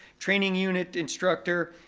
training unit instructor.